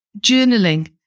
Journaling